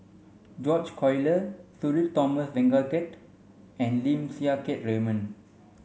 George Collyer Sudhir Thomas Vadaketh and Lim Siang Keat Raymond